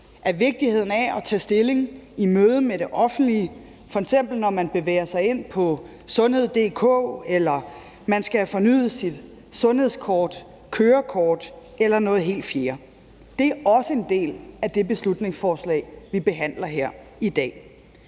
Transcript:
om vigtigheden af at tage stilling i mødet med det offentlige, f.eks. når man bevæger sig ind på sundhed.dk, eller når man skal have fornyet sit sundhedskort eller kørekort eller noget helt fjerde. Det er også en del af det beslutningsforslag, vi behandler her i dag.